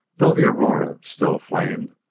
though the aurora still flamed,